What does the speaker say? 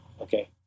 okay